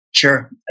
Sure